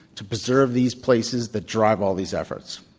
to preserve these places that drive all these efforts.